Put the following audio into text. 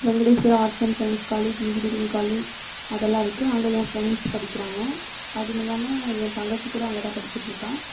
Venkateswara arts and science college engineering college அதல்லாம் இருக்கு அங்கே என் ஃபிரெண்ட்ஸ் படிக்கிறாங்க அதுவுமில்லாமல் என் தங்கச்சி கூட அங்கேதான் படிச்சுட்டுருக்கா